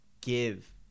give